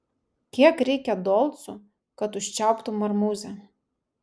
kiek reikia dolcų kad užčiauptum marmuzę